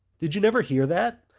did you never hear that?